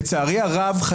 לצערי הרב,